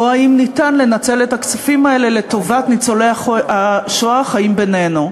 או האם ניתן לנצל את הכספים האלה לטובת ניצולי השואה החיים בינינו.